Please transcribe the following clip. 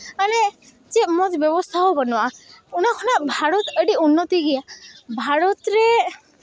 ᱢᱟᱱᱮ ᱪᱮᱫ ᱢᱚᱡᱽ ᱵᱮᱵᱚᱥᱛᱷᱟ ᱦᱚᱸ ᱵᱟᱹᱱᱩᱜᱼᱟ ᱚᱱᱟ ᱠᱷᱚᱱᱟᱜ ᱵᱷᱟᱨᱚᱛ ᱟᱹᱰᱤ ᱩᱱᱱᱚᱛᱤ ᱜᱮᱭᱟ ᱵᱷᱟᱨᱚᱛ ᱨᱮ